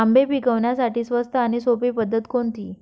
आंबे पिकवण्यासाठी स्वस्त आणि सोपी पद्धत कोणती?